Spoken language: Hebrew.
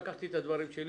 לקחתי את הדברים שלי,